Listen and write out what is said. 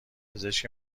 پزشک